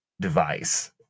device